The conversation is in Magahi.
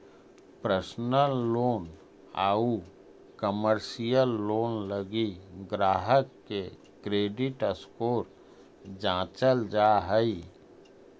पर्सनल लोन आउ कमर्शियल लोन लगी ग्राहक के क्रेडिट स्कोर जांचल जा हइ